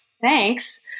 Thanks